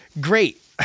Great